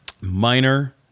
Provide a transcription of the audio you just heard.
minor